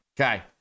okay